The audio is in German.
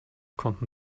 konnten